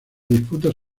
disputas